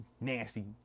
Nasty